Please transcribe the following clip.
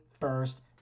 first